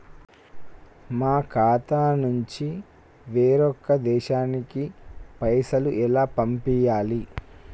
మా ఖాతా నుంచి వేరొక దేశానికి పైసలు ఎలా పంపియ్యాలి?